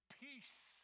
peace